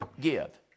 give